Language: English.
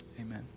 Amen